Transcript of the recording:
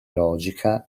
logica